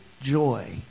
joy